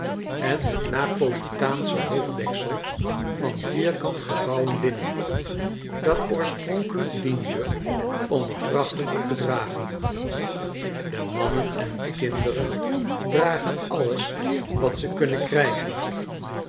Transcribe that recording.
en het napolitaansche hoofddeksel van vierkant gevouwen linnen dat oorspronkelijk diende om er vrachten op te dragen de mannen en kinderen dragen alles wat ze kunnen krijgen